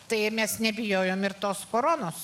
tai mes nebijojom ir tos koronos